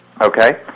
Okay